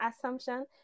assumption